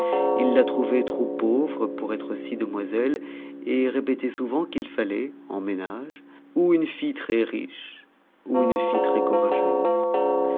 il la trouvait trop pauvre pour être si demoiselle et répétait souvent qu'il fallait en ménage ou une fille très-riche ou une fille